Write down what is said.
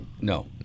No